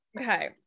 Okay